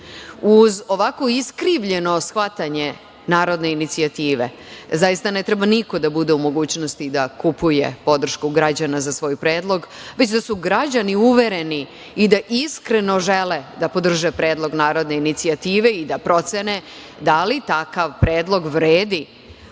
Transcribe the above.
Uz ovako iskrivljeno shvatanje narodne inicijative, zaista ne treba niko da bude u mogućnosti da kupuje podršku građana za svoj predlog, već da su građani uvereni i da iskreno žele da podrže predlog narodne inicijative i da procene da li takav predlog vredi,